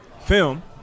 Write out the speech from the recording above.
film